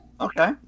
okay